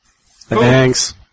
Thanks